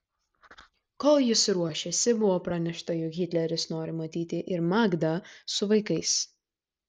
kol jis ruošėsi buvo pranešta jog hitleris nori matyti ir magdą su vaikais